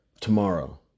tomorrow